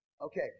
Okay